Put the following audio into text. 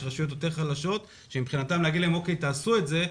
יש רשויות יותר חלשות שלומר להם לעשות את זה,